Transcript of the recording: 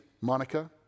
Monica